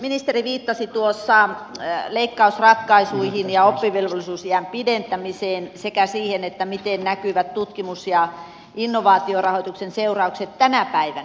ministeri viittasi tuossa leikkausratkaisuihin ja oppivelvollisuusiän pidentämiseen sekä siihen miten näkyvät tutkimus ja innovaatiorahoituksen seuraukset tänä päivänä